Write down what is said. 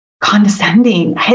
condescending